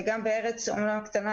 וגם בארץ קטנה,